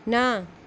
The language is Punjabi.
ਨਾ